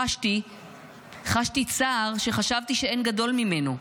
חשתי צער שחשבתי שאין גדול ממנו.